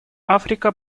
африка